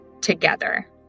together